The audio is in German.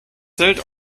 zelt